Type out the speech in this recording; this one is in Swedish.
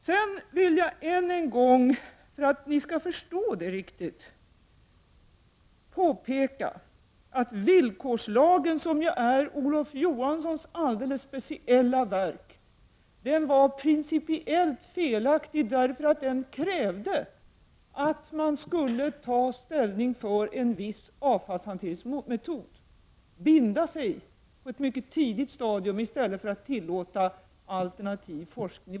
För att ni skall förstå det riktigt vill jag än en gång påpeka att villkorslagen, som ju är Olof Johanssons eget speciella verk, var principiellt felaktig. Den krävde att man skulle ta ställning för en viss avfallshanteringsmetod, att binda sig på ett mycket tidigt stadium i stället för att tillåta alternativ forskning.